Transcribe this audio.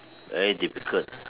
very difficult